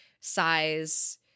size